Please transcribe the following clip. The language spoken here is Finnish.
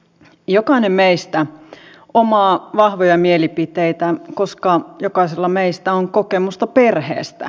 jokainen meistä omaa vahvoja mielipiteitä koska jokaisella meistä on kokemusta perheestä